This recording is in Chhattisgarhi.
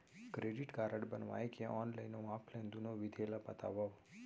क्रेडिट कारड बनवाए के ऑनलाइन अऊ ऑफलाइन दुनो विधि ला बतावव?